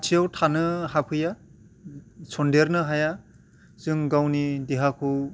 खाथियाव थानो हाफैया सनदेरनो हाया जों गावनि देहाखौ